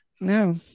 No